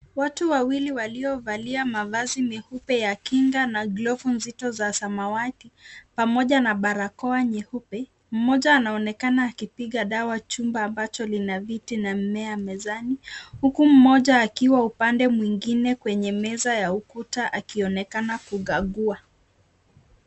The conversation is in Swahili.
Watu wawili waliovalia mavazi meupe ya kinga na glovu nzito za samawati pamoja na barakoa nyeupe, mmoja anaonekana akipiga dawa chumba ambacho lina viti na mmea mezani, huku mmoja akiwa upande mwingine mwingine kwenye meza ya ukuta akionekana kukagua.